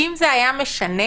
אם זה היה משנה,